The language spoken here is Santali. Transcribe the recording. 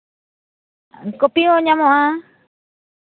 ᱠᱚᱯᱤ ᱦᱚᱸ ᱧᱟᱢᱚᱜᱼᱟ